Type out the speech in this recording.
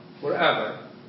forever